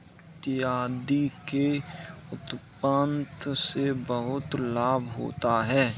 इत्यादि के उत्पादन से बहुत लाभ होता है